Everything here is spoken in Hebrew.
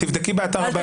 תבדקי באתר.